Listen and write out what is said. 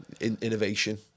innovation